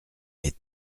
est